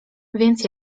więc